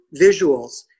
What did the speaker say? visuals